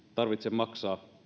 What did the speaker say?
tarvitse maksaa